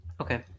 okay